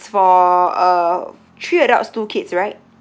for uh three adults two kids right